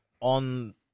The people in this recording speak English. on